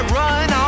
run